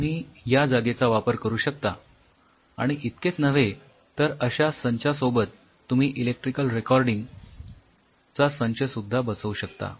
तुम्ही या जागेचा वापर करू शकता आणि इतकेच नव्हे तर अश्या संचासोबत तुम्ही इलेक्ट्रिकल रेकॉर्डिंग चा संच सुद्धा बसवू शकता